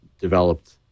developed